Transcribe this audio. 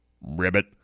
ribbit